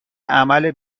عمل